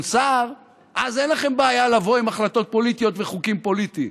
סער" אז אין לכם בעיה לבוא עם החלטות פוליטיות וחוקים פוליטיים.